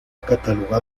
catalogado